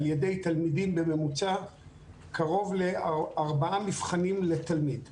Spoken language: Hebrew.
שזה קרוב לארבעה מבחנים לתלמיד בממוצע.